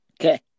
Okay